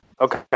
okay